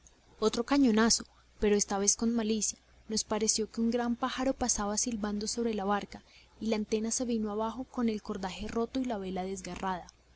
otro cañonazo pero esta vez con malicia nos pareció que un gran pájaro pasaba silbando sobre la barca y la antena se vino abajo con el cordaje roto y la vela desgarrada